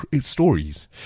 stories